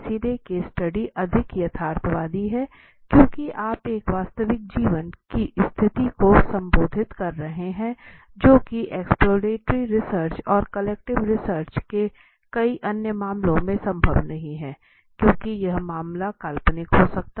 इसलिए case study अधिक यथार्थवादी हैं क्योंकि आप एक वास्तविक जीवन की स्थिति को संबोधित कर रहे हैं जो कि एक्सप्लोरेटरी रिसर्च और क्वालिटेटिव रिसर्च के कई अन्य मामलों में संभव नहीं है क्योंकि यह मामला काल्पनिक हो सकता है